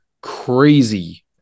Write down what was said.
crazy